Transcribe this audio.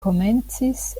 komencis